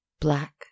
Black